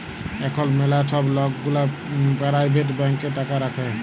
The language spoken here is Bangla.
এখল ম্যালা ছব লক গুলা পারাইভেট ব্যাংকে টাকা রাখে